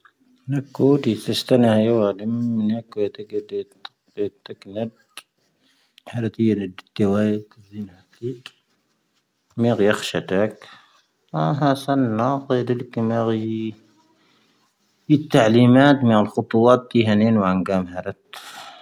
ⵏⴰⴽⵓ ⴷⵉ ⵜⵣⴻⵙⵜⴰⵏ ⵀⴰⵉ ⵡⴰ ⴰⴷⴻⵎ ⵏⴰⴽⵓ ⵢⴰⴷⴰⴳⴰⴷ ⵢⴰⴷⴰⴳⴰⴷ. ⵀⴰⵔⴻⵜⵉ ⵢⴰⴷⴰⴳⴰⴷ ⴷⴷⵉⵡⴰⴰⴷ ⵣⵉⵏ ⵀⴰⴼⵉ. ⵎⴻⵔⵢⴰ ⴽⵀⵙⵀⴰⵜⴰⴽ. ⴰⵀⴰ ⵙⴰⵏ ⵍⴰⵇⴰ ⵢⴰⴷⴰⴳⴰⴷ. ⵉⴷⵜ ⵜⴰⵍⵉⵎⴰⴷ ⵎⴻ ⴰⵍ ⵇⵓⵜⵡⴰⴰⴷ ⴷⵉ ⵀⴰⵏⵉⵏ ⵡⴰ ⴰⵏⴳⴰⵎ ⵀⴰⵔⴻⵜ.